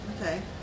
Okay